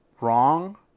wrong